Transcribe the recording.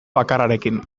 bakarrarekin